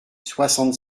soixante